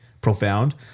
profound